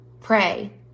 Pray